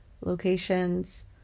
locations